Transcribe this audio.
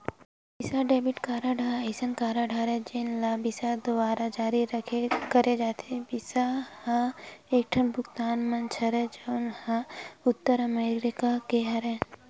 बिसा debit card ह असइन कारड हरय जेन ल बिसा दुवारा जारी करे जाथे, बिसा ह एकठन भुगतान मंच हरय जउन ह उत्तर अमरिका के हरय